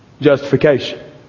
justification